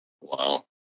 Wow